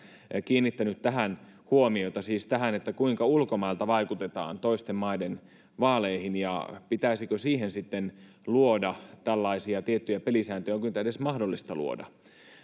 kiinnittänyt tähän huomiota siis tähän kuinka ulkomailta vaikutetaan toisten maiden vaaleihin pitäisikö siihen luoda tiettyjä pelisääntöjä ja onko niitä edes mahdollista luoda